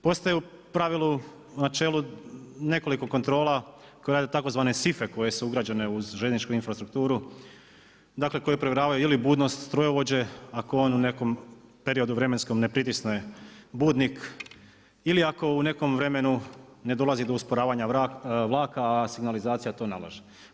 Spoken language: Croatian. Postaje u pravilu u načelu nekoliko kontrola koja tzv. sife koje su ugrađene u željezničku infrastrukturu, koje provjeravaju je li budnost strojovođe, ako on u nekom periodu vremenskom ne pritisne budnik ili ako u nekom vremenu ne dolazi do usporavanju vlaka a signalizacija to nalaže.